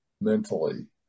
mentally